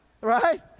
right